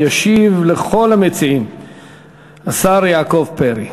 ישיב לכל המציעים השר יעקב פרי.